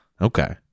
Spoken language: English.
Okay